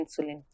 insulin